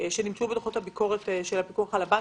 שנמצאו בדוחות הביקורת של הפיקוח על הבנקים.